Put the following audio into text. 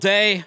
Day